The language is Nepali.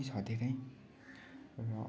सपोर्ट पनि छ धेरै र